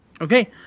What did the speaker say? Okay